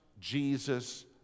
Jesus